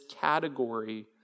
category